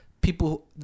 people